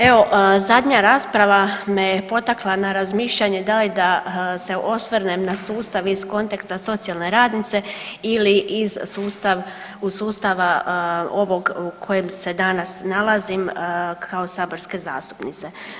Evo zadnja rasprava me je potakla na razmišljanje da li da se osvrnem na sustav iz konteksta socijalne radnice ili iz sustav, iz sustava ovog u kojem se danas nalazim kao saborska zastupnica.